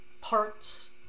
parts